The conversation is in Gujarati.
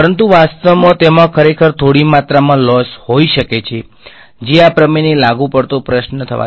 પરંતુ વાસ્તવમાં તેમાં ખરેખર થોડી માત્રામાં લોસ હોઈ શકે છે જે આ પ્રમેયને લાગુ પડતો પ્રશ્ન થવા દે છે